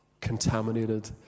contaminated